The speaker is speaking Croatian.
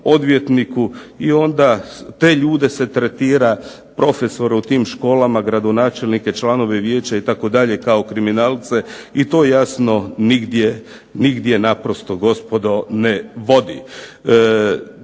i onda te ljude se tretira, profesore u tim školama, gradonačelnike, članove vijeća itd., kao kriminalce i to jasno nigdje naprosto gospodo ne vodi.